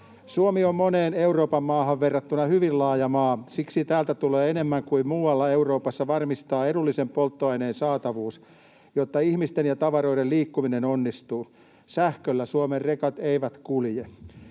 Suomi on moneen Euroopan maahan verrattuna hyvin laaja maa, ja siksi täällä tulee enemmän kuin muualla Euroopassa varmistaa edullisen polttoaineen saatavuus, jotta ihmisten ja tavaroiden liikkuminen onnistuu — sähköllä Suomen rekat eivät kulje.